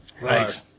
Right